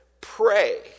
pray